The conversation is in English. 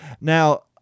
now